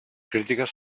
crítiques